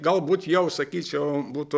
galbūt jau sakyčiau būtų